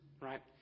right